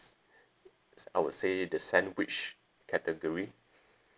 I would say the sandwich category